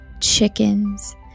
chickens